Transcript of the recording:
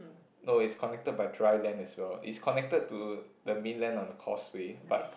no it's connected by dry land as well it's connected to the main land on the causeway but